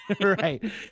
Right